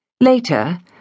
Later